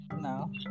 No